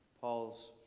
Paul's